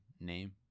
name